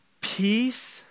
peace